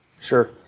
Sure